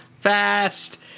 fast